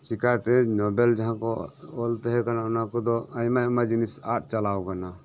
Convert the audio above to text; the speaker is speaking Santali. ᱪᱤᱠᱟᱛᱮ ᱱᱳᱵᱮᱞ ᱡᱟᱦᱟᱸ ᱠᱚ ᱚᱞ ᱛᱟᱦᱮᱸ ᱠᱟᱱᱟ ᱚᱱᱟ ᱠᱚᱫᱚ ᱟᱭᱢᱟ ᱟᱭᱢᱟ ᱡᱤᱱᱤᱥ ᱟᱫ ᱪᱟᱞᱟᱣ ᱠᱟᱱᱟ